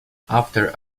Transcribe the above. after